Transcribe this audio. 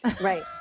Right